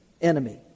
enemy